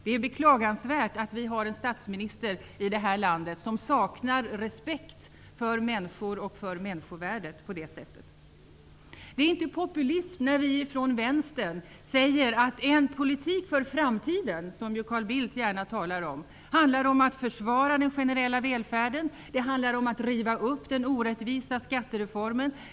Det är beklagansvärt att vi har en statsminister i det här landet som på det sättet saknar respekt för människor och för människovärdet. Det är inte populism när vi från vänstern säger att en politik för framtiden, som Carl Bildt gärna talar om, handlar om att försvara den generella välfärden. Det handlar om att riva upp den orättvisa skattereformen.